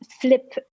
flip